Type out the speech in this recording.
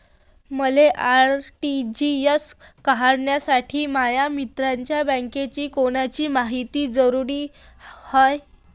मले आर.टी.जी.एस करासाठी माया मित्राच्या बँकेची कोनची मायती जरुरी हाय?